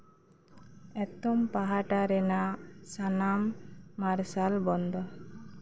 ᱮᱛᱚᱢ ᱯᱟᱦᱴᱟ ᱨᱮᱱᱟᱜ ᱥᱟᱱᱟᱢ ᱢᱟᱨᱥᱟᱞ ᱵᱚᱱᱫᱚᱭ